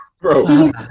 Bro